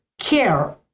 care